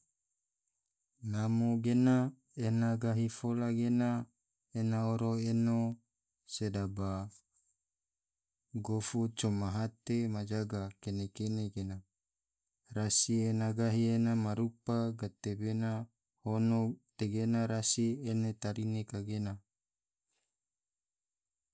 Namo gena ena gahi fola gena ena oro eno sedaba gofu coma hate ma jaga, kene-kene gena, rasi ena gahi ena ma rupa gatebena, ono tegena rasi ene tarine kagena.